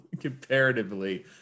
comparatively